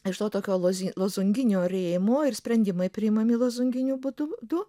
nežinau tokio lozin lozunginio rėmo ir sprendimai priimami lozunginiu būdu du